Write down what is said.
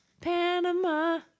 Panama